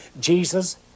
Jesus